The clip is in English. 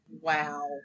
Wow